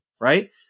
right